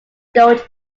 storage